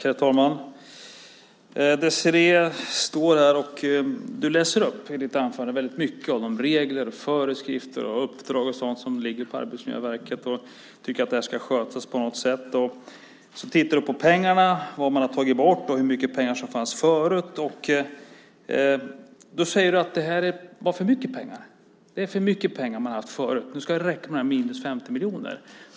Herr talman! Désirée Pethrus Engström läser i sitt anförande upp många av de regler, föreskrifter och uppdrag som ligger på Arbetsmiljöverket och tycker att de ska skötas på något sätt. Du tittar på pengarna, på hur mycket man har tagit bort och hur mycket som fanns förut. Du säger att man hade för mycket pengar förut. Nu ska det räcka med detta minus 50 miljoner.